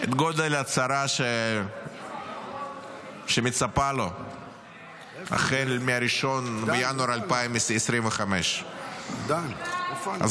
את גודל הצרה שמצפה לו החל מ-1 בינואר 2025. אז